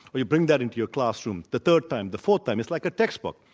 but you bring that into your classroom. the third time, the fourth time, it's like a textbook.